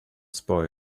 spoil